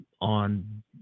on